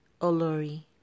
Olori